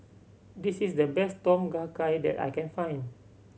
this is the best Tom Kha Gai that I can find